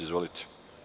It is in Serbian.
Izvolite.